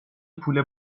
پول